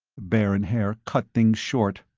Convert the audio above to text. baron haer cut things short.